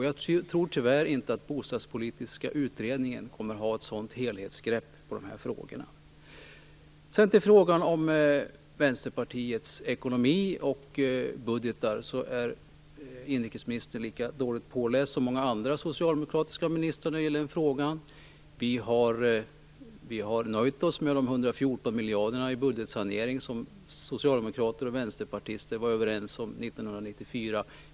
Jag tror tyvärr inte att den bostadspolitiska utredningen kommer att ha ett sådant helhetsgrepp på de här frågorna. När det sedan gäller Vänsterpartiets ekonomi och budgetar är inrikesministern lika dåligt påläst som många andra socialdemokratiska ministrar brukar vara i den frågan. Vi har nöjt oss med de 114 miljarder i budgetsanering som socialdemokrater och vänsterpartister var överens om 1994.